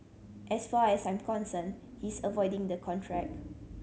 as far as I'm concerned he's avoiding the contract